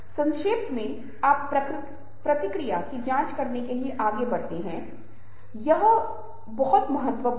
संबंध बनाने में कई साल लग जाते हैं संबंध बनाने में महीनों लग जाते हैं लेकिन इसमें टूटने सिर्फ एक या दो शब्द लगेंगे इसलिए यह बहुत महत्वपूर्ण है